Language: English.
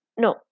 no